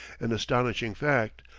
an astonishing fact,